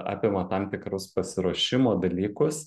apima tam tikrus pasiruošimo dalykus